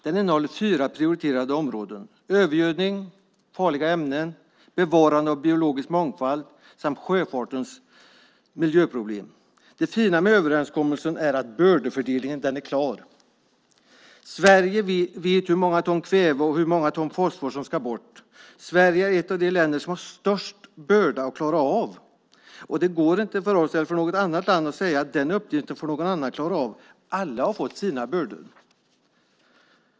Den innehåller fyra prioriterade områden: övergödning, farliga ämnen, bevarande av biologisk mångfald samt sjöfartens miljöproblem. Det fina med överenskommelsen är att bördefördelningen är klar. Sverige vet hur många ton kväve och hur många ton fosfor som ska bort. Sverige är ett av de länder som har störst börda att klara av. Det går inte för oss eller för något annat land att säga att den uppgiften får någon annan klara av. Alla har fått sina bördor.